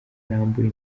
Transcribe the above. arambura